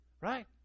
right